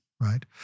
Right